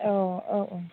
औ औ औ